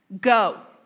go